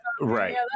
right